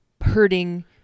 hurting